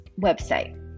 website